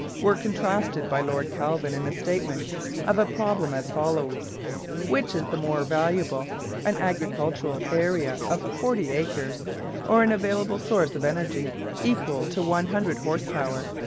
were contrasted by lord kelvin in the statement of a problem as follows which is the more valuable an agricultural area of forty acres or an available source of energy equal to one hundred horse-power?